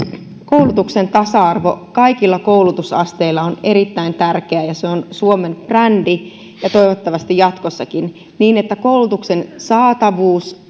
koulutuksen tasa arvo kaikilla koulutusasteilla on erittäin tärkeää ja se on suomen brändi toivottavasti jatkossakin niin että koulutuksen saatavuus